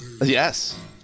Yes